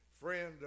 friend